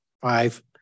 five